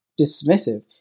dismissive